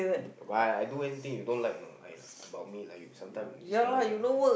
got I I do anything you don't like or not I like about me lah you sometime this fella ah